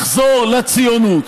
לחזור לציונות.